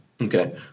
okay